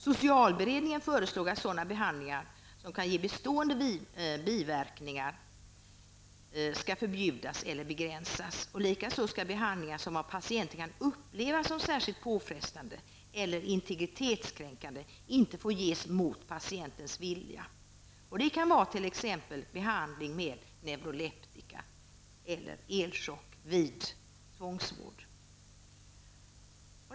Socialberedningen föreslog att sådana behandlingar som kan ge bestående biverkningar skall förbjudas eller begränsas. Likaså skall behandlingar som av patienten kan upplevas som särskilt påfrestande eller integritetskränkande inte få ges mot patientens vilja. Det kan vara behandling med t.ex. elchock och neuroleptika vid tvångsvård.